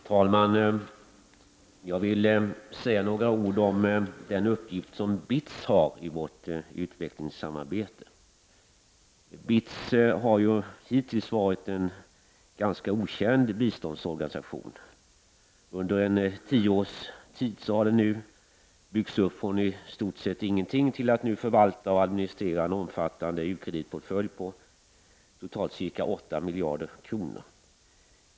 Herr talman! Jag vill säga några ord om den uppgift som BITS har i vårt utvecklingssamarbete. BITS har ju hittills varit en ganska okänd biståndsorganisation. Under tio års tid har BITS nu byggts upp från i stort sett ingenting till att nu förvalta och administrera en omfattande kreditportfölj — på totalt ca 8 miljarder kronor.